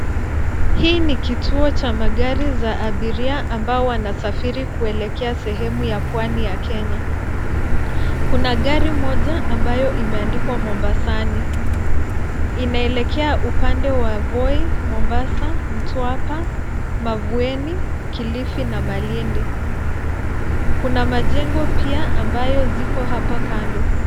Hii ni kituo cha magari za abiria ambao wanasafiri kuelekea sehemu ya Pwani ya Kenya. Kuna gari moja ambayo imeandikwa Mombasani . Inaelekea upande wa: Voi, Mombasa, Mtwapa, Mavueni, Kilifi na Malindi. Kuna majengo pia ambayo ziko hapa kando.